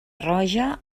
roja